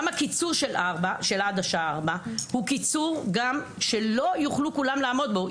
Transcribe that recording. גם הקיצור של עד השעה 16:00 הוא קיצור גם שלא יוכלו כולם לעמוד בו.